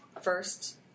first